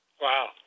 Wow